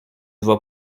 vas